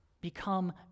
become